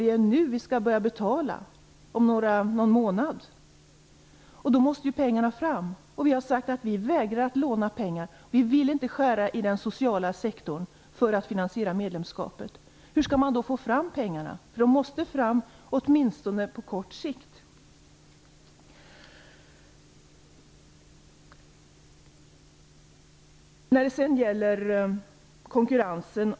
Det är nu vi skall börja betala om någon månad, och då måste pengarna fram. Vi har sagt att vi vägrar att låna pengar, och vi vill inte skära i den sociala sektorn för att finansiera medlemskapet. Hur skall man då få fram pengarna? De måste åtminstone på kort sikt fram.